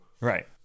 right